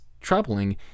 troubling